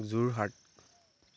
Jorhat